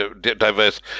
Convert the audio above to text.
diverse